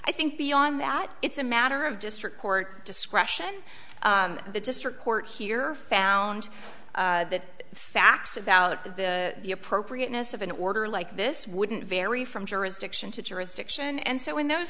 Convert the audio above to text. i think beyond that it's a matter of district court discretion the district court here found that facts about the appropriateness of an order like this wouldn't vary from jurisdiction to jurisdiction and so in those